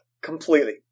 completely